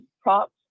props